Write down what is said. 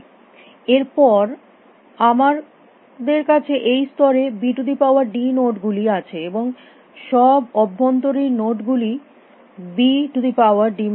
এর পর আমাদের কাছে এই স্তরে bd নোড গুলি আছে এবং সব অভ্যন্তরীণ নোড গুলি b d 1